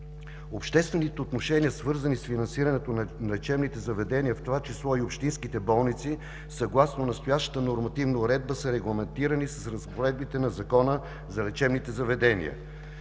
обществените отношения, свързани с финансирането на лечебните заведения, а в това число и общинските болници, съгласно настоящата Нормативна уредба, са регламентирани с разпоредбите на Закона за лечебните заведения